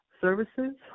services